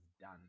done